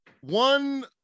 one